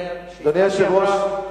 אדוני היושב-ראש,